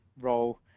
role